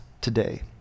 today